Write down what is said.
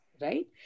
right